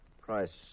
Price